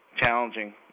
challenging